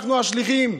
אנחנו השליחים.